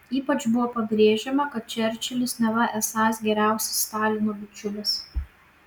ypač buvo pabrėžiama kad čerčilis neva esąs geriausias stalino bičiulis